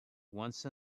once